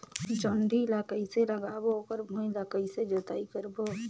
जोणी ला कइसे लगाबो ओकर भुईं ला कइसे जोताई करबो?